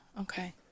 okay